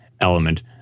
element